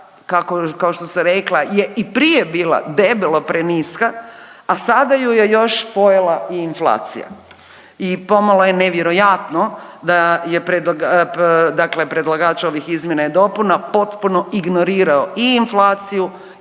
kao što sam rekla je i prije bila debelo preniska, a sada ju je još pojela i inflacija. I pomalo je nevjerojatno da je predlagač ovih izmjena i dopuna potpuno ignorirao i inflaciju